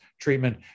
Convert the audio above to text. treatment